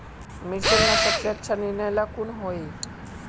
मिर्चन ला सबसे अच्छा निर्णय ला कुन होई?